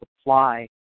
apply